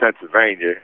Pennsylvania